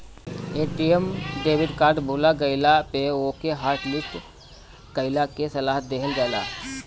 ATM debit card भूला गईला पे ओके हॉटलिस्ट कईला के सलाह देहल जाला